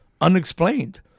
Unexplained